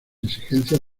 exigencias